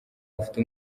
ufite